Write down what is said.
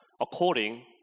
according